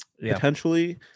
potentially